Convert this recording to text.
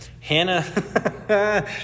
Hannah